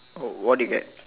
oh what did you get